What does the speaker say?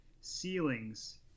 ceilings